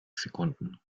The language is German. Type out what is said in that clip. sekunden